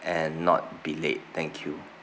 and not be late thank you